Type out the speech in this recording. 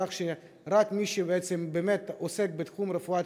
כך שרק מי שבעצם באמת עוסק בתחום רפואת